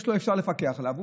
אפשר לפקח עליו.